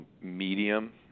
medium